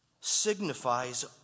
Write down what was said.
signifies